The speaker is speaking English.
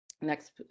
Next